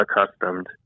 accustomed